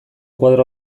koadro